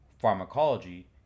Pharmacology